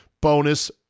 bonus